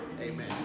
Amen